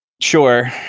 Sure